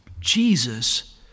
Jesus